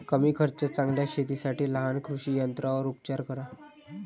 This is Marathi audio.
कमी खर्चात चांगल्या शेतीसाठी लहान कृषी यंत्रांवर उपचार करा